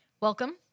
Welcome